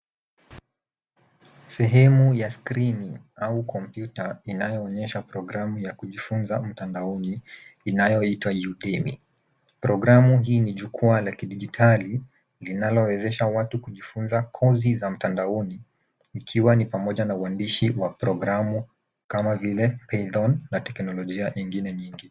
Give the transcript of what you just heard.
Sehemu ya skrini aua kompyuta inayoonyesha sehemu ya kujifunza mtandaoni inayoitwa Udeni. Programu hii ni jukwa la kidijitali linalowezesha watu kujifunza kosi za mtandaoni ikiwa ni pamoja na uandishi wa programu kama vile python na teknolojia ingine nyingi.